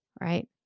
right